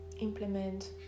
implement